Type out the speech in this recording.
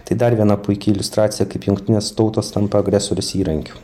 tai dar viena puiki iliustracija kaip jungtinės tautos tampa agresorės įrankiu